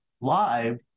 live